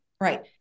Right